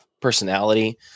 personality